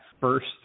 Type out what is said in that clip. first